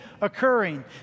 occurring